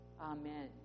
Amen